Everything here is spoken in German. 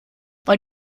weil